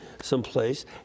someplace